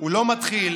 לא מתחיל